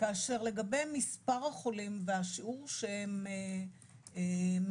כאשר לגבי מספר החולים והשיעור שהם מהווים,